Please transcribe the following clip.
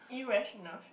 irrational fear